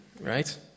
right